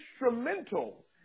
instrumental